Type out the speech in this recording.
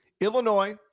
Illinois